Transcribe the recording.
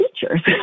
teachers